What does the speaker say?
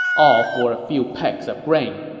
all for a few pecks of grain.